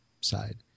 side